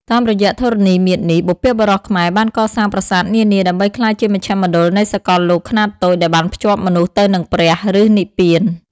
តាមរយៈធរណីមាត្រនេះ បុព្វបុរសខ្មែរបានកសាងប្រាសាទនានាដើម្បីក្លាយជាមជ្ឈមណ្ឌលនៃសកលលោកខ្នាតតូចដែលបានភ្ជាប់មនុស្សទៅនឹងព្រះ ឬនិព្វាន។